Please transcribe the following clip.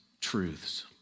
truths